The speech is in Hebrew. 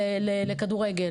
כדורסל לכדורגל.